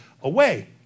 away